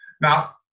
Now